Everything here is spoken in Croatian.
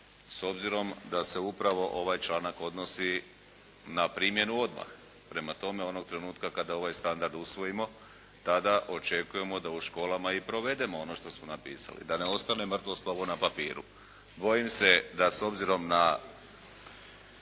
s obzirom da se upravo ovaj članak odnosi na primjenu odmah. Prema tome, onog trenutka kada ovaj standard usvojimo tada očekujemo da u školama i provedemo ono što smo napisali, da ne ostane mrtvo slovo na papiru. Bojim se da s obzirom na